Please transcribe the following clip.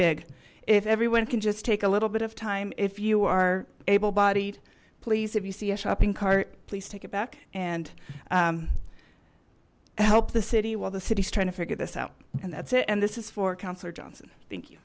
big if everyone can just take a little bit of time if you are able bodied please if you see a shopping cart please take it back and help the city while the city is trying to figure this out and that's it and this is for councillor johnson